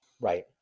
Right